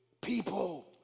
people